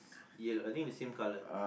yellow I think the same colour